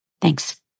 thanks